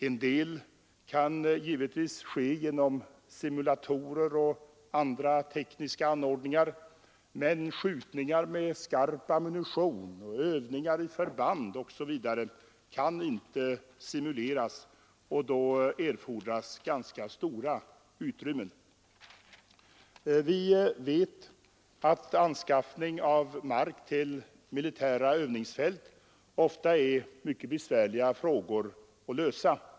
En del kan givetvis ske med hjälp av simulatorer och andra tekniska anordningar, men skjutning med skarp ammunition och övningar i förband kan inte simuleras, och då erfordras ganska stora utrymmen. Vi vet att anskaffning av mark till militära övningsfält ofta är mycket besvärliga frågor att lösa.